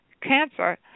cancer